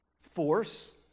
force